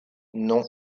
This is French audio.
non